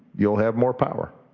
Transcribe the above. you'll have more power.